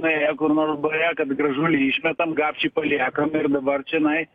nuėjo kur nors bare kad gražulį išmetam gapšį paliekam ir dabar čionai